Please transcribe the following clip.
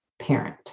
parent